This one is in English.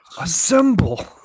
Assemble